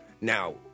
Now